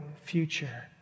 future